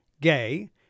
gay